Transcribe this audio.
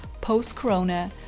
post-corona